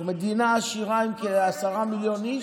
אנחנו מדינה עשירה עם כ-10 מיליון איש,